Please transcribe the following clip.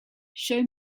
show